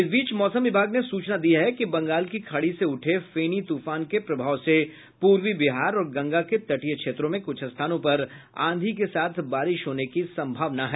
इस बीच मौसम विभाग ने सूचना दी है कि बंगाल की खाड़ी से उठे फेनी तूफान के प्रभाव से पूर्वी बिहार और गंगा के तटीय क्षेत्रों में कुछ स्थानों पर आंधी के साथ बारिश होने की सम्भावना है